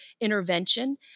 intervention